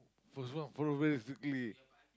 follows what follows where exactly